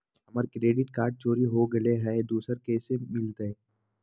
हमर credit card चोरी हो गेलय हई, दुसर कैसे मिलतई?